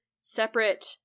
separate-